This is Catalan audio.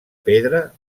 pedra